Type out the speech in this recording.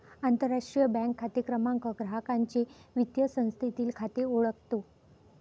आंतरराष्ट्रीय बँक खाते क्रमांक ग्राहकाचे वित्तीय संस्थेतील खाते ओळखतो